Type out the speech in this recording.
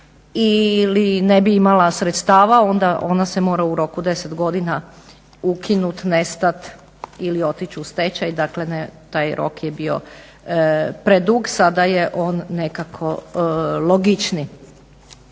ili ne bi imali sredstava. Onda ona se mora u roku 10 godina ukinut, nestat ili otići u stečaj. Dakle taj rok je bio predug, sada je on nekako logičniji.